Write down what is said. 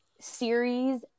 series